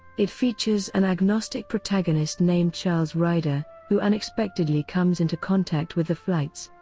it features an agnostic protagonist named charles ryder who unexpectedly comes into contact with the flytes,